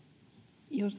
jos